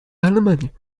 allemagne